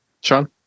sean